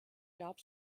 gab